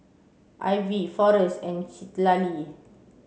Ivie Forrest and Citlali